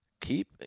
keep